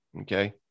Okay